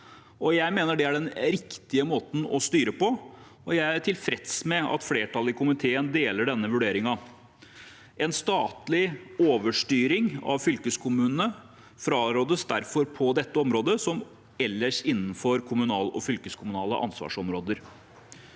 Jeg mener det er den riktige måten å styre på, og jeg er tilfreds med at flertallet i komiteen deler denne vurderingen. En statlig overstyring av fylkeskommunene på dette området frarådes derfor, som ellers innenfor kommunale og fylkeskommunale ansvarsområder.